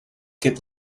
get